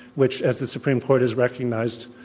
which, as the supreme court has recognized,